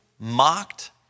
mocked